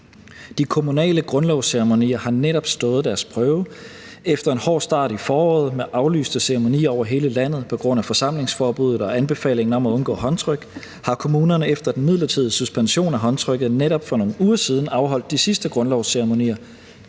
De kommunale grundlovsceremonier har netop stået deres prøve. Efter en hård start i foråret med aflyste ceremonier over hele landet på grund af forsamlingsforbuddet og anbefalingen om at undgå håndtryk har kommunerne efter den midlertidige suspension af håndtrykket netop for nogle uger siden afholdt de sidste grundlovsceremonier,